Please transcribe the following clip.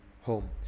home